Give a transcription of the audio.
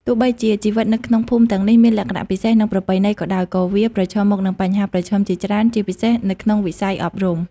ទោះបីជាជីវិតនៅក្នុងភូមិទាំងនេះមានលក្ខណៈពិសេស និងប្រពៃណីក៏ដោយ ក៏វាប្រឈមមុខនឹងបញ្ហាប្រឈមជាច្រើន ជាពិសេសនៅក្នុងវិស័យអប់រំ។